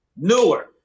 Newark